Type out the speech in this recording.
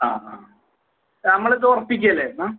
ആ ആ നമ്മളിത് ഉറപ്പിക്കുവല്ലേ എന്നാൽ